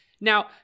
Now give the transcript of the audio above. now